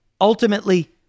Ultimately